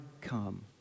come